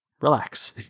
Relax